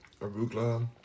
arugula